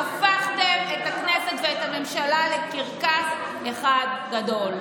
הפכתם את הכנסת ואת הממשלה לקרקס אחד גדול.